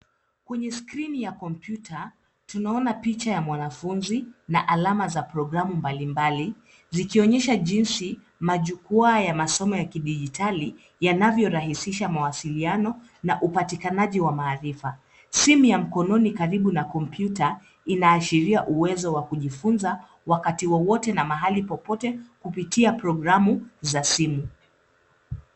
Kwenye skrini ya kompyuta, tunaona picha ya mwanafunzi na alama za programu mbalimbali zikionyesha jinsi majukwaa ya masomo ya kidijitali yanavyorahisisha mawasiliano na upatikanaji wa maarifa. Simu ya mkononi karibu na kompyuta inaashiria uwezo wa kujifunza wakati wowote na mahali popote kupitia programu za simu.